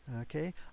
okay